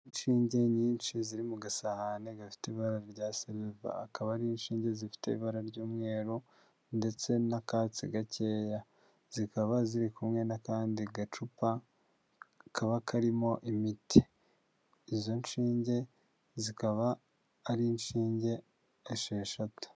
Inshinge nyinshi ziri mu gasahane gafite ibara rya silva, akaba ari inshinge zifite ibara ry'umweru ndetse n'akatsi gakeya, zikaba ziri kumwe n'akandi gacupa kaba karimo imiti. Izo nshinge zikaba ari inshinge esheshatu.